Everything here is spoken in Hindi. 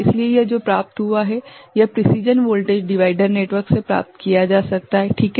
इसलिए यह जो प्राप्त हुआ है यह प्रिसीजन वोल्टेज डिवाइडर नेटवर्क से प्राप्त किया जा सकता है ठीक है